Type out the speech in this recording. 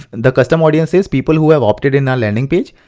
and the custom audience is, people who have opted in our landing page.